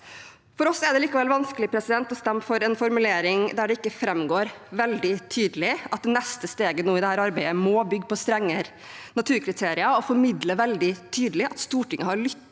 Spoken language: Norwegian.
For oss er det likevel vanskelig å stemme for en formulering der det ikke framgår veldig tydelig at det neste steget i dette arbeidet må bygge på strengere naturkriterier og tydelig formidle at Stortinget har lyttet